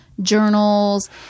Journals